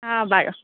অঁ বাৰু